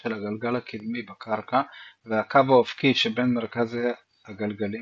של הגלגל הקדמי בקרקע והקו האופקי שבין מרכזי הגלגלים,